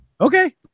Okay